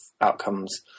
outcomes